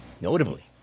Notably